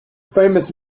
famous